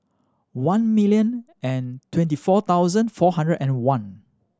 one million and twenty four thousand four hundred and one